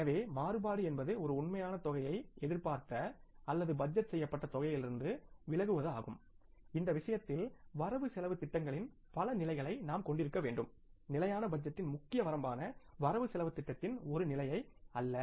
எனவே மாறுபாடு என்பது ஒரு உண்மையான தொகையை எதிர்பார்த்த அல்லது பட்ஜெட் செய்யப்பட்ட தொகையிலிருந்து கழிப்பதாகும் இந்த விஷயத்தில் வரவு செலவுத் திட்டங்களின் பல நிலைகளை நாம் கொண்டிருக்க வேண்டும் ஸ்டாடிக் பட்ஜெட்டின் முக்கிய வரம்பான வரவுசெலவுத் திட்டத்தின் ஒரு நிலையை அல்ல